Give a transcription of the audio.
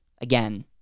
Again